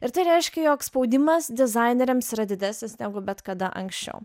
ir tai reiškia jog spaudimas dizaineriams yra didesnis negu bet kada anksčiau